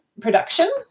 production